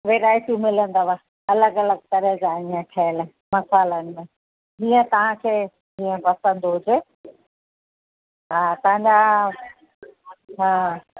वैरायटियूं मिलंदव अलॻि अलॻि तरह जा आहिनि ईंअ ठहियल मसालन में जीअं तव्हांखे जीअं पसंदि हुजे हा तव्हांजी हा